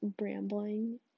rambling